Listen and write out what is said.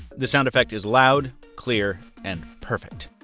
the sound effect is loud, clear, and perfect.